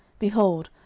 behold,